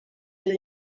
dir